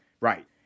right